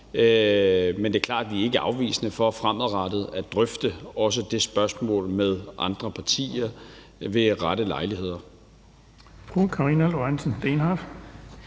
men det er klart, at vi ikke er afvisende over for fremadrettet også at drøfte det spørgsmål med andre partier ved rette lejligheder.